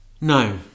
No